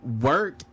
work